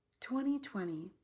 2020